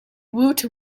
woot